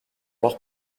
leur